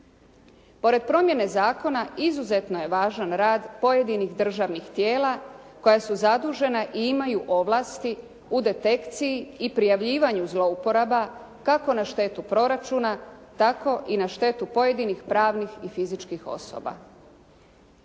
Pored promjene zakona izuzetno je važan rad pojedninh državnih tijela koja su zadužena i imaju ovlasti u detekciji i prijavljivanju zlouporaba kako na štetu proračuna, tako i na štetu pojedinih pravnih i fizičkih osoba.